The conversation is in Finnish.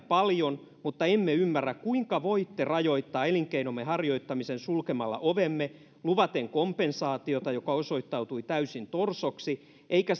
paljon mutta emme ymmärrä kuinka voitte rajoittaa elinkeinomme harjoittamista sulkemalla ovemme ja luvaten kompensaatiota joka osoittautui täysin torsoksi eikä